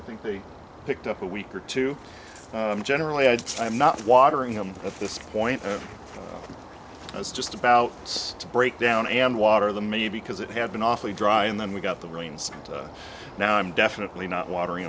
i think they picked up a week or two generally i just am not watering them at this point i was just about to break down and water the me because it had been awfully dry and then we got the rains and now i'm definitely not watering